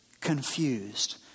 confused